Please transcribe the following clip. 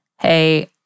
hey